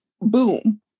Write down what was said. boom